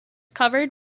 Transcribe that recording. covered